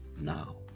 now